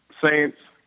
Saints